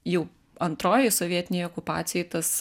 jau antrojoj sovietinėj okupacijoj tas